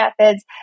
methods